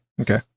Okay